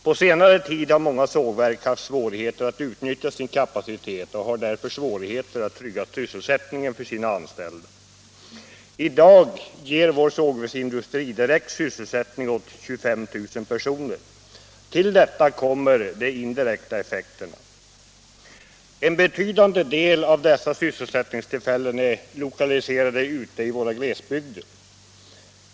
På senare tid har många sågverk haft svårigheter att utnyttja sin kapacitet och har därför också svårigheter att trygga sysselsättningen för sina anställda. I dag ger vår sågverksindustri direkt sysselsättning åt 25 000 personer. Till detta kommer de indirekta effekterna. En betydande del av dessa sysselsättningstillfällen är lokaliserade ute i våra glesbygder.